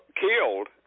killed